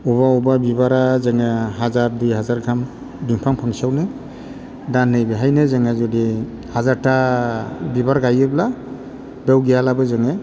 अबेबा अबेबा बिबारा जोंना हाजार दुइ हाजार गाहाम बिफां फांसेयावनो दा नैबेहायनो जोङो जुदि हाजारथा बिबार गाइयोब्ला बेव गैयालाबो जोङो